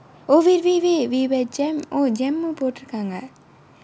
oh wait wait wait we were at JEM போட்டிருக்காங்க:pottirukkaanga